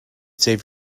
save